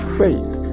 faith